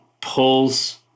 Pulls